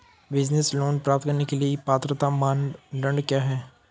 Business loan प्राप्त करने के लिए पात्रता मानदंड क्या हैं?